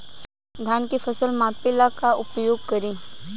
धान के फ़सल मापे ला का उपयोग करी?